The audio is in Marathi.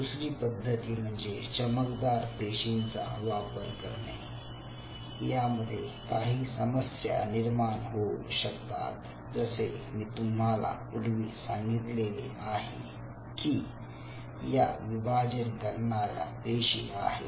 दुसरी पद्धती म्हणजे चमकदार पेशींचा वापर करणे यामध्ये काही समस्या निर्माण होऊ शकतात जसे मी तुम्हाला पूर्वी सांगितले आहे की या विभाजन करणाऱ्या पेशी आहेत